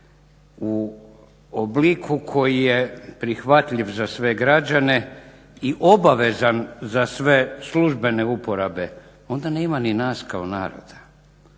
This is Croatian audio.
u obliku koji je prihvatljiv za sve građane i obavezan za sve službene uporabe onda nema ni nas kao naroda.